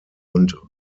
und